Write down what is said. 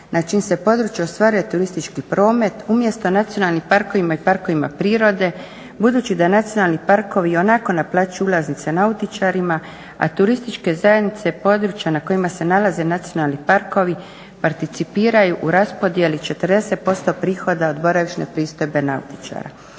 na čijem se području ostvaruje turistički promet umjesto nacionalnim parkovima i parkovima prirode, budući da nacionalni parkovi i onako naplaćuju ulaznice nautičarima, a turističke zajednice područja na kojima se nalaze nacionalni parkovi participiraju u raspodjeli 40% prihoda od boravišne pristojbe nautičara.